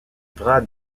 bras